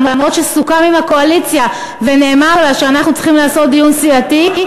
למרות שסוכם עם הקואליציה ונאמר לה שאנחנו צריכים לעשות דיון סיעתי.